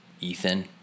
Ethan